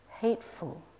hateful